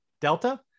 Delta